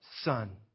son